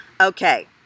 okay